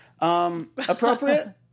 Appropriate